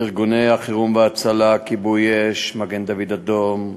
ארגוני החירום וההצלה, כיבוי אש, מגן-דוד-אדום,